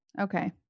Okay